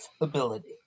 ability